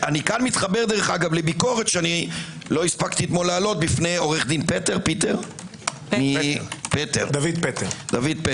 אני כאן מתחבר לביקורת שלא הספקתי להעלות בפני עו"ד דוד פטר.